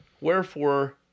Wherefore